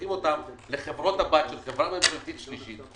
הופכים אותן לחברות הבת של חברה ממשלתית שלישית,